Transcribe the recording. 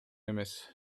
эмес